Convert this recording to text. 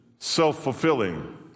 self-fulfilling